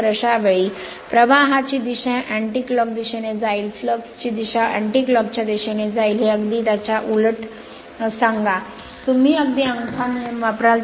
तर अशावेळी प्रवाहाची दिशा अँटीक्लॉक दिशेने जाईल फ्लक्स ची दिशा अँटीक्लॉक च्या दिशेने जाईल हे अगदी याच्या अगदी उलट सांगा तुम्ही अगदी अंगठा नियम वापराल